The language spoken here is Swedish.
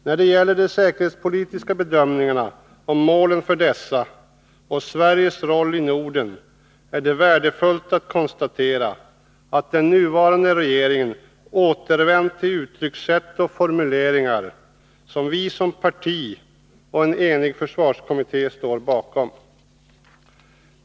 När det gäller de säkerhetspolitiska bedömningarna och målen för dessa och Sveriges roll i Norden är det värdefullt att konstatera att den nuvarande regeringen återvänt till uttryckssätt och formuleringar som vi som parti och en enig försvarskommitté står bakom.